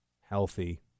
healthy